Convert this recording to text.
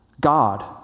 God